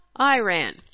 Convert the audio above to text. Iran